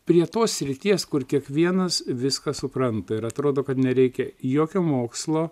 prie tos srities kur kiekvienas viską supranta ir atrodo kad nereikia jokio mokslo